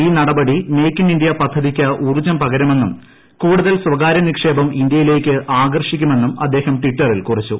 ഈ നടപടി make in India പദ്ധതിയ്ക്ക് ഊർജ്ജം പകരുമെന്നും കൂടുതൽ സ്വകാര്യ നിക്ഷേപം ഇന്ത്യയിലേയ്ക്ക് ആക്ടർഷിക്കുമെന്നും അദ്ദേഹം ട്വിറ്ററിൽ കുറിച്ചു